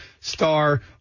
star